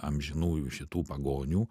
amžinųjų šitų pagonių